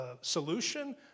solution